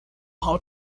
how